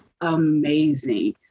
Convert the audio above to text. amazing